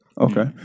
Okay